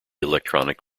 electronic